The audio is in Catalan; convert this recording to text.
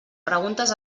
preguntes